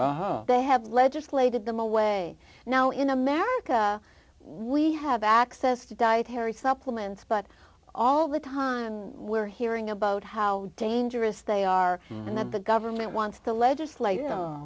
they have legislated them away now in america we have access to dietary supplements but all the time we're hearing about how dangerous they are and that the government wants to legislate